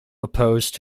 opposed